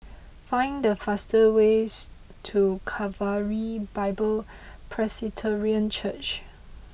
find the fastest way to Calvary Bible Presbyterian Church